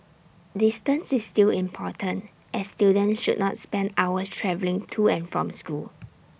distance is still important as students should not spend hours travelling to and from school